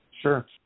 sure